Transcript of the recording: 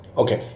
okay